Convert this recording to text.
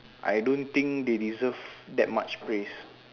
I don't think they deserve that much praise